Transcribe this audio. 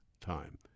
time